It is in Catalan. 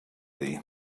dir